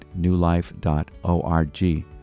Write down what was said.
newlife.org